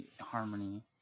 harmony